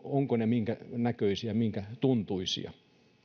ovatko ne minkänäköisiä minkätuntuisia